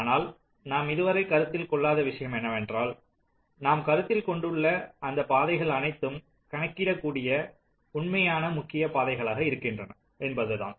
ஆனால் நாம் இதுவரை கருத்தில் கொள்ளாத விஷயம் என்னவென்றால் நாம் கருத்தில் கொண்டுள்ள அந்தப் பாதைகள் அனைத்தும் கணக்கிடக்கூடிய உண்மையான முக்கியமான பாதைகளாக இருக்கின்றன என்பதுதான்